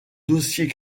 dossier